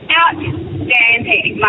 outstanding